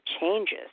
changes